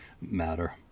matter